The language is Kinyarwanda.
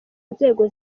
nzego